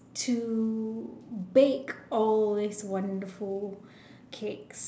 to bake all these wonderful cakes